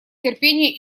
терпения